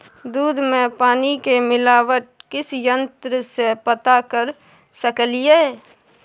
दूध में पानी के मिलावट किस यंत्र से पता कर सकलिए?